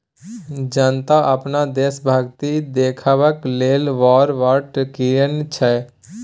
जनता अपन देशभक्ति देखेबाक लेल वॉर बॉड कीनय छै